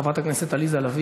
חברת הכנסת עליזה לביא,